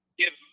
give